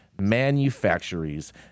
manufactories